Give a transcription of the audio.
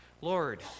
Lord